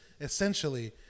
essentially